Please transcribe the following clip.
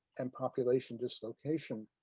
and population dislocation.